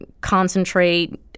concentrate